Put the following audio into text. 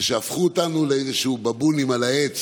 זה שהפכו אותנו לאיזשהם בבונים על העץ